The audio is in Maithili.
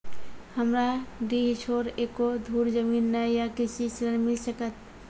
हमरा डीह छोर एको धुर जमीन न या कृषि ऋण मिल सकत?